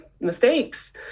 mistakes